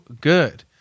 good